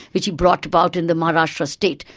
which he brought about in the maharashtra state,